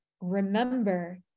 remember